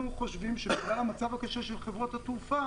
חושבים שבגלל המצב הקשה של חברות התעופה,